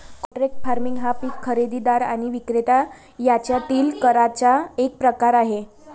contract farming हा पीक खरेदीदार आणि विक्रेता यांच्यातील कराराचा एक प्रकार आहे